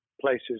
places